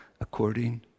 according